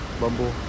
Bumble